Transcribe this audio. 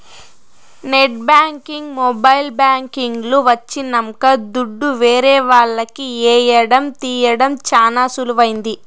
net banking mobile banking లు వచ్చినంక దుడ్డు ఏరే వాళ్లకి ఏయడం తీయడం చానా సులువైంది